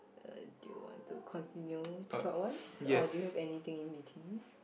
uh do you want to continue clockwise or do you have anything in between